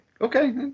okay